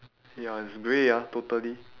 ya it's grey ah totally